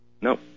No